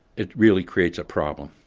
it really creates a problem,